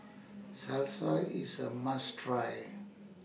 Salsa IS A must Try